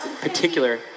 particular